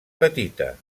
petita